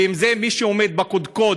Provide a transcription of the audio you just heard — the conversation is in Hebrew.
ואם זה מי שעומד בקודקוד,